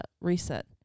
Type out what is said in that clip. reset